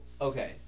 okay